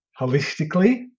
holistically